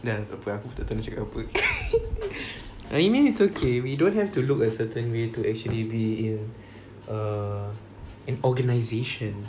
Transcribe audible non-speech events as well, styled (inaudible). dah tak apa aku pun tak tahu nak cakap apa (laughs) I mean it's okay we don't have to look a certain way to actually be in err in organisation